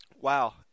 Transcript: Wow